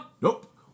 nope